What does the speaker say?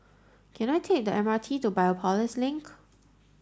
can I take the M R T to Biopolis Link